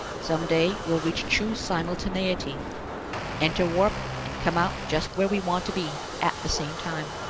someday we'll reach true simultaneity enter warp, and come out just where we want to be, at the same time.